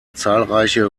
zahlreiche